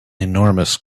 enormous